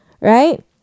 right